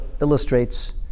illustrates